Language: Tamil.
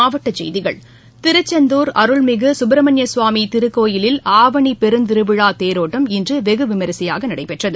மாவட்டச் செய்திகள் திருச்செந்தார் அருள்மிகு சுப்பிரமணியர் சுவாமி திருக்கோயிலில் ஆவணி பெருந்திருவிழா தேரோட்டம் இன்று வெகு விமரிசையாக நடைபெற்றது